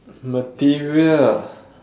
material ah